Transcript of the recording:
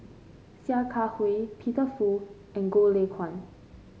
Sia Kah Hui Peter Fu and Goh Lay Kuan